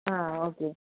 आं ओके